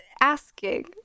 asking